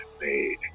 made